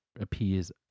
appears